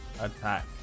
attack